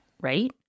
right